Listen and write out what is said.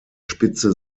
spitze